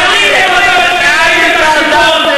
כי הזמן שלך נגמר,